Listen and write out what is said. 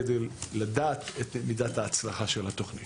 כדי לדעת את מידת ההצלחה של התוכנית.